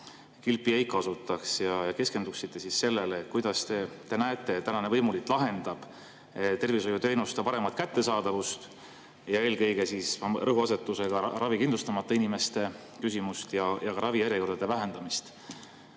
kilpi ei kasutaks ja keskenduksite sellele, kuidas te näete, et tänane võimuliit [edendab] tervishoiuteenuste paremat kättesaadavust, eelkõige rõhuasetusega ravikindlustamata inimestele, ja ka ravijärjekordade vähendamist.